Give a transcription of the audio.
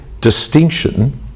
distinction